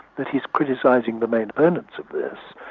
that he's criticising the main opponents of this.